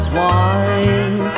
wine